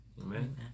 amen